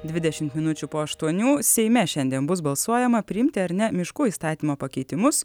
dvidešim minučių po aštuonių seime šiandien bus balsuojama priimti ar ne miškų įstatymo pakeitimus